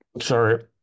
sorry